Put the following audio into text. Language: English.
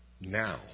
now